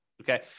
okay